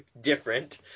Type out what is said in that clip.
different